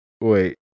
wait